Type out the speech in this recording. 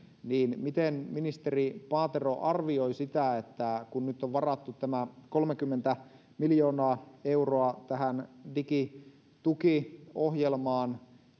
niin miten ministeri paatero arvioi sitä että kun nyt on varattu tämä kolmekymmentä miljoonaa euroa tähän digitukiohjelmaan